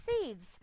seeds